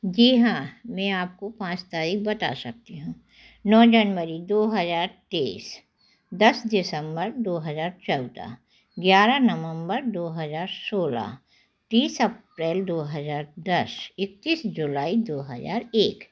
जी हाँ मैं आपको पाँच तारीख़ बता सकती हूँ नौ जनवरी दो हज़ार तीस दस दिसम्बर दो हज़ार चौदह ग्यारह नवम्बर दो हज़ार सोलह तीस अप्रेल दो हज़ार दस इकतीस जुलाई दो हज़ार एक